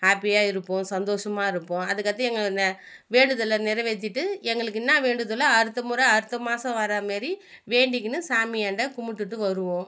ஹாப்பியாக இருப்போம் சந்தோஷமாக இருப்போம் அதுக்கடுத்து எங்கள் நெ வேண்டுதலை நிறைவேற்றிட்டு எங்களுக்கு என்ன வேண்டுதலோ அடுத்த முறை அடுத்த மாதம் வர மாரி வேண்டிக்கின்னு சாமியாண்ட கும்பிட்டுட்டு வருவோம்